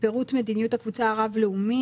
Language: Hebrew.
"פירוט מדיניות הקבוצה הרב-לאומית".